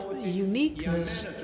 uniqueness